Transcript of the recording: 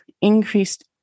increased